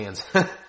hands